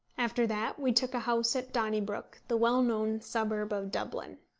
after that we took a house at donnybrook, the well-known suburb of dublin.